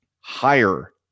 higher